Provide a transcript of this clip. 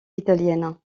italiennes